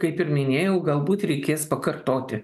kaip ir minėjau galbūt reikės pakartoti